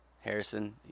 Harrison